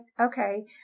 okay